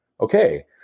Okay